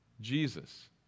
Jesus